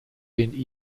den